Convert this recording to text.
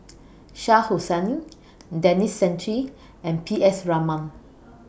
Shah Hussain Denis Santry and P S Raman